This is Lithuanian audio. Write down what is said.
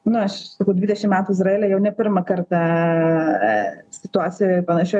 na aš sakau dvidešim metų izraely jau ne pirmą kartą e situacijoj panašioj